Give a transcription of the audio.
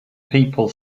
people